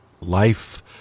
life